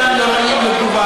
חלקם לא ראוי לתגובה,